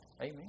Amen